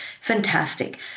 fantastic